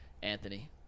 Anthony